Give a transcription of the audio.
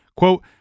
Quote